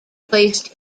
placed